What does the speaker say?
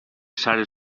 sare